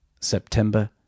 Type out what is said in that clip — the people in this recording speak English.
September